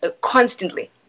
constantly